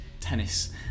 tennis